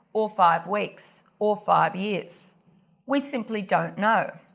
or five weeks, or five years we simply don't know.